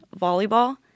volleyball